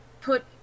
put